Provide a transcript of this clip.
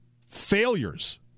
failures